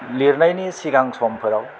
लिरनायनि सिगां समफोराव